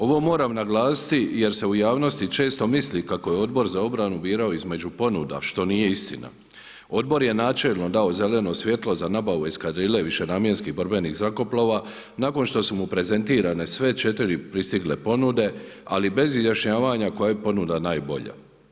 Ovo moram naglasiti jer se u javnosti često misli kako je Odbor za obranu birao između ponuda, što nije istina. odbor je načelno dao zeleno svjetlo za nabavu eskadrile višenamjenskih borbenih zrakoplova nakon što su mu prezentirane sve četiri pristigle ponude, ali bez izjašnjavanja koja je ponuda najbolja.